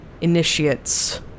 initiates